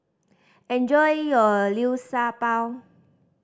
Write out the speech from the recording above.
enjoy your Liu Sha Bao